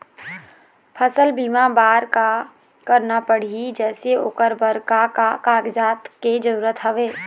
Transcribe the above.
फसल बीमा बार का करना पड़ही जैसे ओकर बर का का कागजात के जरूरत हवे?